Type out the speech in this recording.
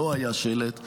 לא היה שלט,